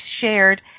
shared